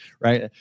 right